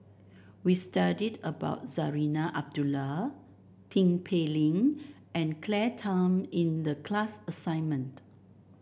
we studied about Zarinah Abdullah Tin Pei Ling and Claire Tham in the class assignment